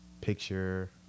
picture